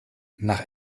nach